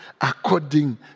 according